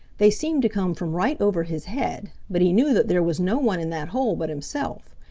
they seemed to come from right over his head, but he knew that there was no one in that hole but himself.